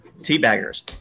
Teabaggers